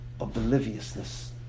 obliviousness